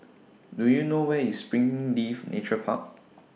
Do YOU know Where IS Springleaf Nature Park